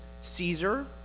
Caesar